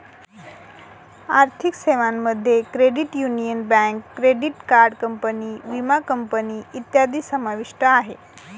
आर्थिक सेवांमध्ये credit union, bank, credit card company, विमा कंपनी इत्यादी समाविष्ट आहे